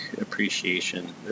appreciation